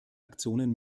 aktionen